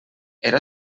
era